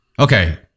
Okay